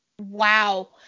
wow